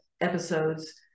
episodes